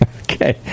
Okay